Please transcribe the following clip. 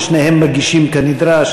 ששניהם מגישים כנדרש,